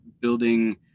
building